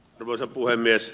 arvoisa puhemies